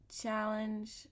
challenge